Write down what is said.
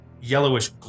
Yellowish